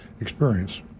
experience